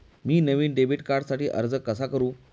मी नवीन डेबिट कार्डसाठी अर्ज कसा करू?